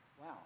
Wow